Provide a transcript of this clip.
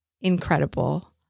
incredible